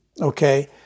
Okay